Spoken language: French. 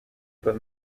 pas